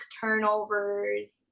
turnovers